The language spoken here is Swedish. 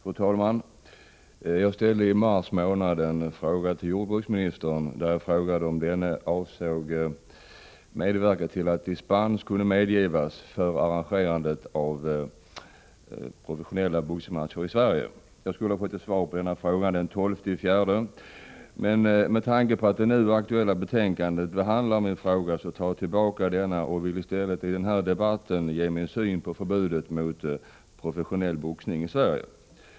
Fru talman! Jag ställde i mars månad en fråga till jordbruksministern om han avsåg medverka till att dispens kunde medgivas för arrangerandet av professionella boxningsmatcher i Sverige. Jag skulle ha fått svar på frågan den 12 april. Med tanke på att det nu aktuella betänkandet handlar om min fråga tar jag tillbaka denna och vill i stället i den här debatten ge min syn på förbudet mot professionell boxning i Sverige.